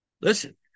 Listen